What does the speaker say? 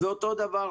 ואותו דבר,